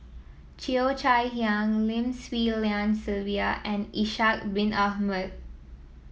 Cheo Chai Hiang Lim Swee Lian Sylvia and Ishak Bin Ahmad